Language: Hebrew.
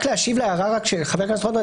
רק להשיב להערה של חבר הכנסת רוטמן,